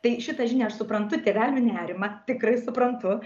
tai šitą žinią aš suprantu tėvelių nerimą tikrai suprantu